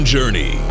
Journey